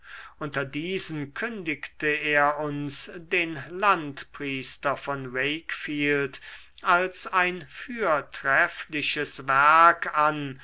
unter diesen kündigte er uns den landpriester von wakefield als ein fürtreffliches werk an